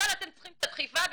אבל אתם צריכים דחיפה ולזכור,